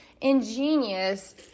ingenious